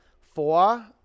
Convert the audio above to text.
Four